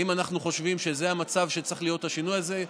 האם אנחנו חושבים שזה המצב שצריך להיות בו השינוי הזה?